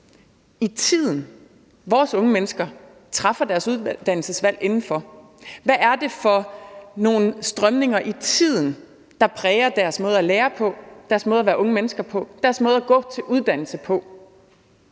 i tiden, vores unge mennesker træffer deres uddannelsesvalg ud fra. Hvad er det for nogle strømninger i tiden, der præger deres måde at lære på, deres måde at være unge mennesker på, deres måde at gå til uddannelse på?